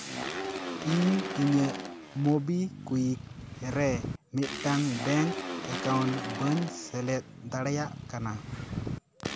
ᱤᱧ ᱤᱧᱟᱹᱜ MobiKwik ᱨᱮ ᱢᱤᱫᱴᱟᱝ ᱵᱮᱝᱠ ᱮᱠᱟᱣᱩᱱᱴ ᱵᱟᱹᱧ ᱥᱮᱞᱮᱫ ᱫᱟᱲᱮᱭᱟᱜ ᱠᱟᱱᱟ